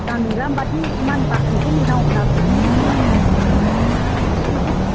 जानोरा होनबा दि बासोनखो मोजां होना